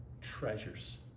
treasures